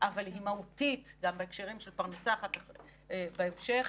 אבל היא מהותית גם בהקשרים של פרנסה אחר כך בהמשך,